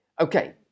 Okay